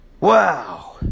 Wow